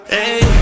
Hey